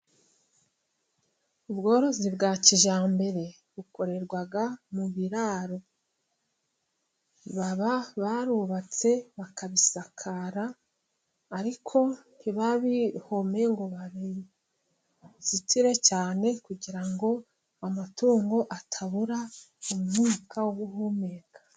Ubworozi bwa kijyambere bukorerwa mu biraro. Baba barubatse bakabisakara, ariko ntibabihome ngo bazitire cyane, kugira ngo amatungo atabura umwuka wo guhumeka.